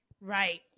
Right